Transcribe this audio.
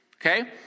okay